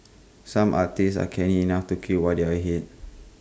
some artists are canny enough to queue while they are ahead